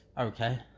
okay